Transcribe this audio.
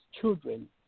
children